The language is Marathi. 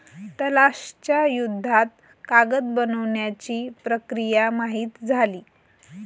तलाश च्या युद्धात कागद बनवण्याची प्रक्रिया माहित झाली